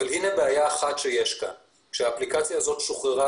אבל הינה בעיה אחת שיש כאן: כשהאפליקציה הזאת שוחררה,